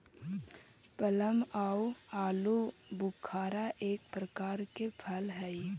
plum आउ आलूबुखारा एक प्रकार के फल हई